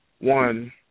one